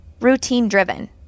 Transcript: routine-driven